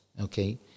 okay